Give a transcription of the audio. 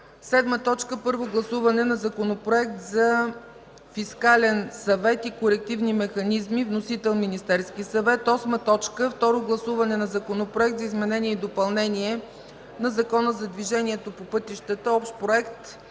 съвет. 7. Първо гласуване на Законопроекта за фискален съвет и корективни механизми. Вносител – Министерският съвет. 8. Второ гласуване на Законопроекта за изменение и допълнение на Закона за движението по пътищата (Общ проект,